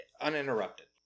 uninterrupted